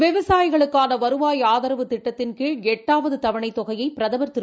விவசாயிகளுக்கானவருவாய் ஆதரவு திட்டத்தின்கீழ் எட்டாவதுதவணைத்தொகையைபிரதமா் திரு